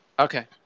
Okay